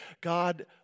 God